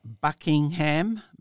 buckingham